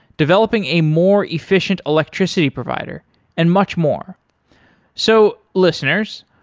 developing a more efficient electricity provider and much more so listeners,